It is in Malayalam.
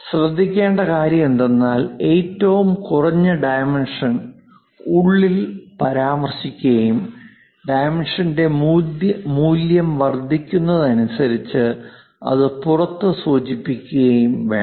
ശ്രദ്ധിക്കേണ്ട കാര്യം എന്തെന്നാൽ ഏറ്റവും കുറഞ്ഞ ഡൈമെൻഷൻ ഉള്ളിൽ പരാമർശിക്കുകയും ഡൈമെൻഷൻന്റെ മൂല്യം വർധിക്കുന്നത് അനുസരിച്ചു അത് പുറത്ത് സൂചിപ്പിക്കുകയും വേണം